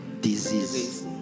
Disease